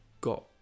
got